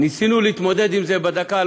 ניסינו להתמודד עם זה בדקה,